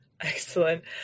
Excellent